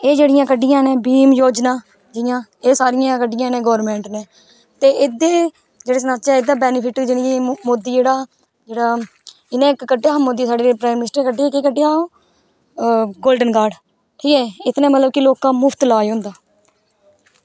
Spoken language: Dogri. एह् जेह्ड़ियां कड्डियां न भीम योजनां जियां एह् सारियां कड्डियां इनैं गौरमैंट नै ते एह्दे केह् सनाचै एह्दा बैनिफिट मोदी जेह्ड़ा जिनैं इक कड्डेआ हा साढ़े प्राईम मनिस्टर नै कड्डेआ हा केह् कड्डेआ हा गोल्डन कार्ड़ ठी ऐ इस नै मतलव के लोकें दा मुफ्त इलाज़ होंदा